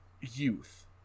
youth